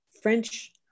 French